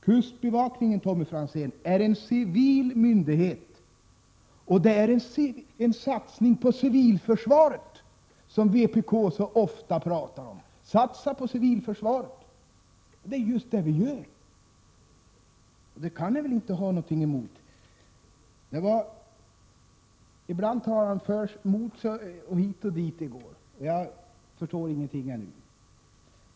Kustbevakningen är en civil myndighet, Tommy Franzén, och det är en satsning på civilförsvaret, som vpk så ofta talar om — satsa på civilförsvaret, säger ni. Det är just det vi gör, och det kan ni väl inte ha något emot. Tommy Franzén talar ibland emot sig själv, hit och dit, och jag förstår ännu ingenting.